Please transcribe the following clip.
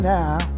now